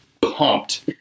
pumped